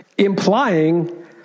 implying